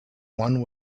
one